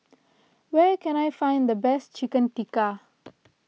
where can I find the best Chicken Tikka